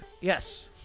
Yes